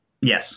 Yes